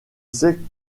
sais